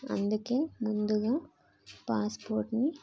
అందుకే ముందుగా పాస్పోర్ట్ని